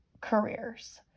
careers